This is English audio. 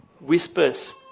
whispers